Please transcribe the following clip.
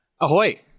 Ahoy